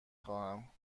خواهم